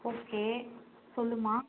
okay சொல்லும்மா